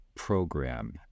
program